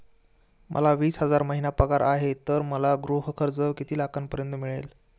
मला वीस हजार महिना पगार आहे तर मला गृह कर्ज किती लाखांपर्यंत मिळेल?